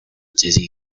dizzy